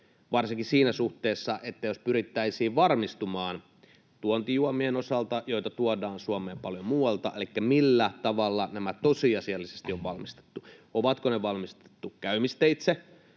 varsinkin siinä suhteessa, jos pyrittäisiin varmistumaan tuontijuomien osalta, joita tuodaan Suomeen paljon muualta, millä tavalla nämä tosiasiallisesti on valmistettu: onko ne valmistettu käymisteitse